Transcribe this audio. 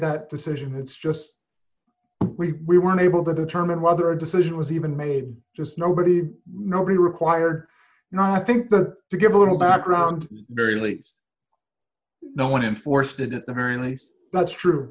that decision it's just we weren't able to determine whether a decision was even made just nobody nobody required you know i think that to give a little background very late no one enforced did at the very least that's true